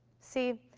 see,